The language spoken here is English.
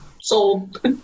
sold